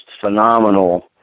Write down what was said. phenomenal